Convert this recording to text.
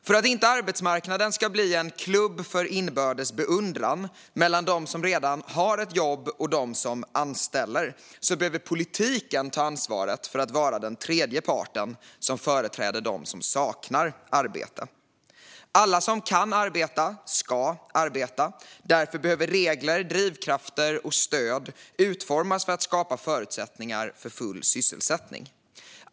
För att inte arbetsmarknaden ska bli en klubb för inbördes beundran mellan dem som redan har ett jobb och dem som anställer behöver politiken ta ansvaret för att vara den tredje parten som företräder dem som saknar arbete. Alla som kan arbeta ska arbeta. Därför behöver regler, drivkrafter och stöd utformas för att skapa förutsättningar för full sysselsättning.